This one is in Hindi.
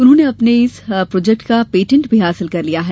उन्होंने अपने इस प्रोजेक्ट का पेटेन्ट भी हासिल कर लिया है